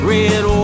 Red